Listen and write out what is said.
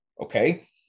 Okay